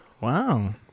wow